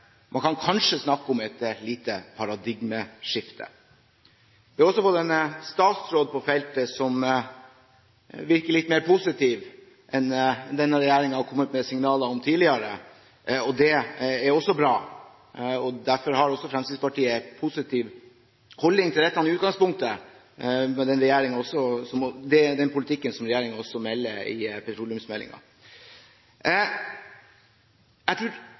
man har gjort på Aldous/Avaldsnes, Skrugard. Man kan kanskje snakke om et lite paradigmeskifte. Vi har også fått en statsråd på feltet som virker litt mer positiv enn denne regjeringen har kommet med signaler om tidligere. Det er også bra, og derfor har også Fremskrittspartiet en positiv holdning til dette i utgangspunktet. Det er den politikken som regjeringen også melder i petroleumsmeldingen. Jeg